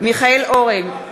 מיכאל אורן,